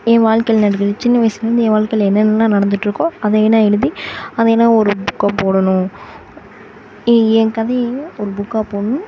என் வாழ்க்கையில் நடக்கிற சின்ன வயதுலேந்து என் வாழ்க்கையில் என்னென்னலாம் நடந்திட்டிருக்கோ அதையெல்லாம் எழுதி அதையெல்லாம் ஒரு புக்காக போடணும் என் என் கதையையே ஒரு புக்காக போடணும்